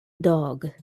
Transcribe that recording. dog